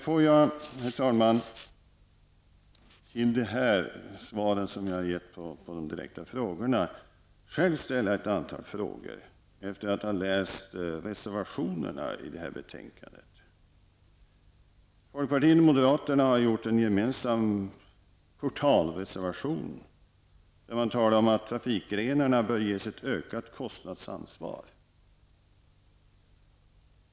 Låt mig, herr talman, efter de svar som jag nu har lämnat på de direkta frågorna och efter att ha läst reservationerna i betänkandet, själv ställa ett antal frågor. Folkpartiet och moderaterna har en gemensam portalreservation där man talar om att trafikgrenarna bör ges ett ökat kostnadsansvar.